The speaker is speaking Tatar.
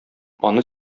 аны